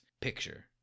picture